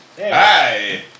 Hi